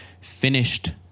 finished